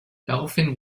daraufhin